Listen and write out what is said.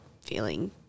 feeling